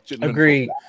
Agree